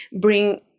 bring